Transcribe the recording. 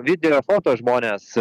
video foto žmones